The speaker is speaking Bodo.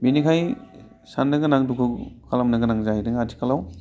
बेनिखायनो साननो गोनां दुखु खालामनो गोनां जाहैदों आथिखालाव